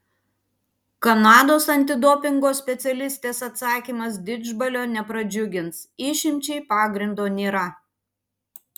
kanados antidopingo specialistės atsakymas didžbalio nepradžiugins išimčiai pagrindo nėra